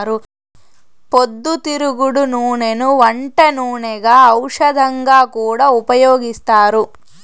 పొద్దుతిరుగుడు నూనెను వంట నూనెగా, ఔషధంగా కూడా ఉపయోగిత్తారు